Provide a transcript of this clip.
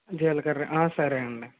జీలకర్ర సరే అండి